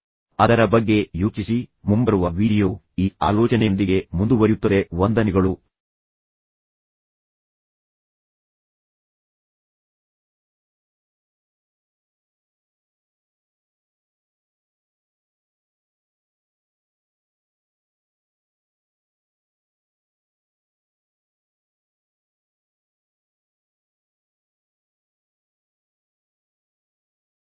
ಅದರ ಬಗ್ಗೆ ಯೋಚಿಸಿ ಮುಂಬರುವ ವೀಡಿಯೊ ದಲ್ಲಿ ಈ ಆಲೋಚನೆಯೊಂದಿಗೆ ಮುಂದುವರಿಯುತ್ತದೆ